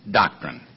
doctrine